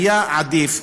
היה עדיף,